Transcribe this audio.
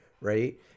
Right